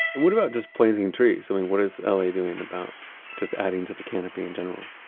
and what about just placing trees? i mean, what is la doing about just adding to the canopy in general?